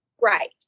Right